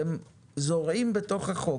הם זורעים בתוך החוק.